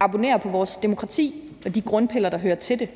abonnerer på vores demokrati og de grundpiller, der hører til det.